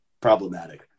problematic